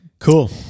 Cool